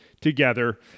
together